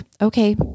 okay